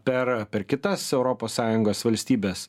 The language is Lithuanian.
per per kitas europos sąjungos valstybes